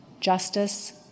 justice